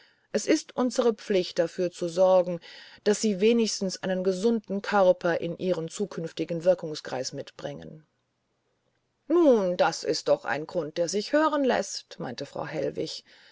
es ist unsere pflicht dafür zu sorgen daß sie wenigstens einen gesunden körper in ihren künftigen wirkungskreis mitbringen nun das ist doch noch ein grund der sich hören läßt meinte frau hellwig